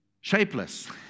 shapeless